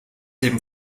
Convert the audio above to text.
dem